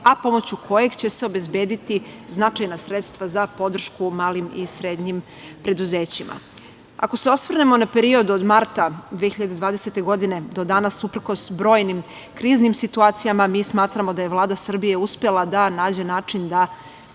a pomoću kojeg će se obezbediti značajna sredstva za podršku malim i srednjim preduzećima. Ako se osvrnemo na period od marta 2020. godine do danas, uprkos brojnim kriznim situacijama, mi smatramo da je Vlada Srbije uspela da nađe način da